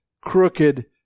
crooked